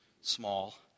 small